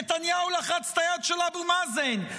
נתניהו לחץ את היד של אבו מאזן,